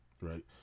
Right